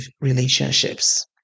relationships